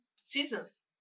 seasons